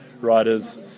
riders